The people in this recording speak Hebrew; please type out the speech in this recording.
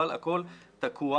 אבל הכול תקוע.